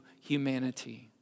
humanity